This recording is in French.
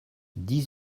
dix